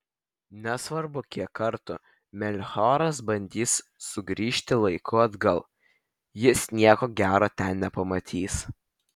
nesvarbu kiek kartų melchioras bandys sugrįžti laiku atgal jis nieko gero ten nepamatys